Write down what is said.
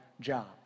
job